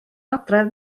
adref